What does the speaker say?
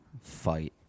fight